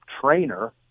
trainer